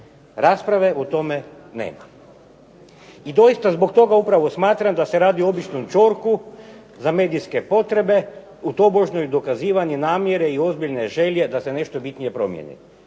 Rasprave o tome nema. I doista zbog toga upravo smatram da se radi o običnom ćorku za medijske potrebe u tobože dokazivanju namjere i ozbiljne želje da se nešto bitnije promijeni.